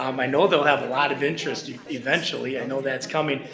um i know they'll have a lot of interest eventually. i know that's coming.